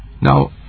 Now